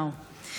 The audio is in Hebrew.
נאור.